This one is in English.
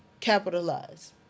capitalize